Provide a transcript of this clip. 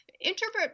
Introvert